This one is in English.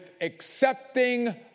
accepting